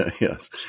yes